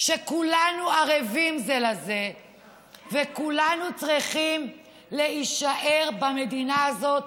שכולנו ערבים זה לזה וכולנו צריכים להישאר במדינה הזאת,